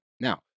Now